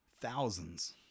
thousands